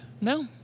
No